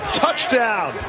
touchdown